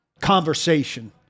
conversation